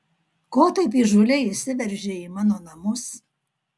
ko taip įžūliai įsiveržei į mano namus